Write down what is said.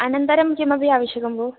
अनन्तरं किमपि आवश्यकं भो